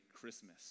Christmas